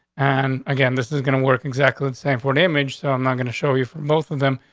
and again, this is gonna work exactly the same for damage. so i'm not gonna show you for both of them.